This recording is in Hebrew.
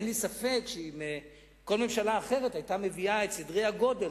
אין לי ספק שאם כל ממשלה אחרת היתה מביאה את סדרי הגודל,